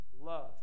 love